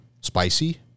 spicy